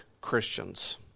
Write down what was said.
Christians